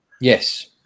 Yes